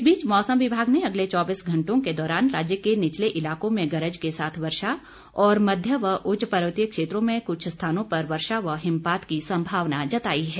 इस बीच मौसम विभाग ने अगले चौबीस घंटों के दौरान राज्य के निचले इलाकों में गरज के साथ वर्षा और मध्य व उच्च पर्वतीय क्षेत्रों में कुछ स्थानों पर वर्षा व हिमपात की सम्भावना जताई है